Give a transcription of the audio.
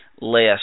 less